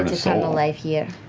um so ah life here.